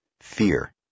fear